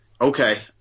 okay